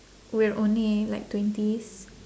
we're only like twenties